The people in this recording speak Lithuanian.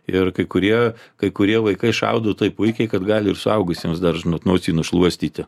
ir kai kurie kai kurie vaikai šaudo taip puikiai kad gali ir suaugusiems dar žinot nosį nušluostyti